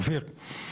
רפיק,